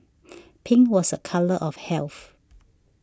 pink was a colour of health